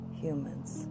humans